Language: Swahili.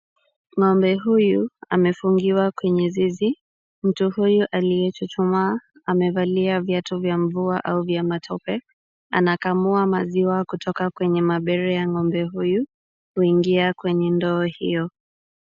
Ng'ombe huyu amefungiwa kwenye zizi. Mtu huyu aliyechuchumaa amevalia viatu vya mvua au vya matope. Anakamua maziwa kutoka kwenye mabere ya ng'ombe huyu kuingia kwenye ndoo hiyo.